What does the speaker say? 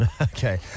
Okay